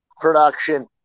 production